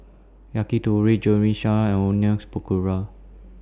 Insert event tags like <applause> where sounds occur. Yakitori <unintelligible> and Onions Pakora